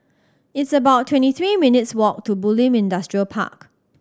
it's about twenty three minutes' walk to Bulim Industrial Park